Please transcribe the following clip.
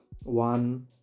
one